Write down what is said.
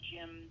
Jim –